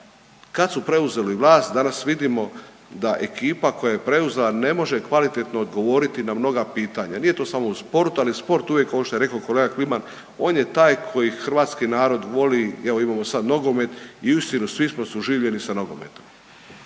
Kad su preuzeli vlast, danas vidimo da ekipa koja je preuzela ne može kvalitetno odgovoriti na mnoga pitanja. Nije to samo u sportu, ali sport uvijek, ovo što je rekao kolega Kliman, on je taj koji hrvatski narod voli, evo imamo sad nogomet i uistinu svi sa se uživjeli sa nogometom.